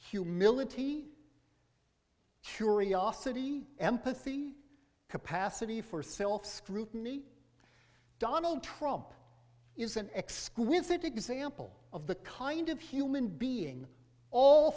humility curiosity empathy capacity for self scrutiny donald trump is an exquisitely example of the kind of human being all